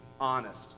honest